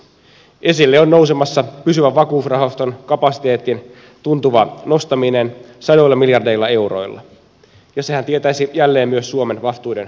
esille on nousemassa pysyvän vakuusrahaston kapasiteetin tuntuva nostaminen sadoilla miljardeilla euroilla ja sehän tietäisi jälleen myös suomen vastuiden kasvattamista